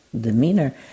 demeanor